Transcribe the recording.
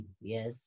Yes